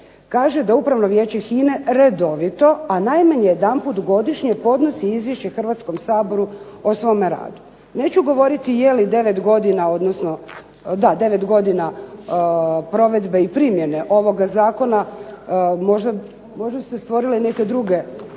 kaže da Upravno vijeće HINA-e redovito, a najmanje jedanput godišnje podnosi izvješće Hrvatskom saboru o svome radu. Neću govoriti je li 9 godina, odnosno, da 9 godina provedbe i primjene ovoga zakona možda su se stvorile i neke druge